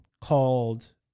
called